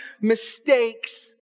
mistakes